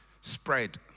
spread